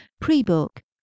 pre-book